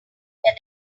where